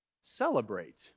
celebrate